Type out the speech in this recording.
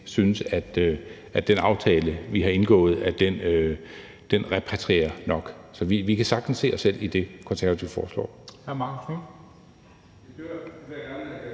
synes, at den aftale, vi har indgået, repatrierer nok. Så vi kan sagtens se os selv i det, som Konservative foreslår.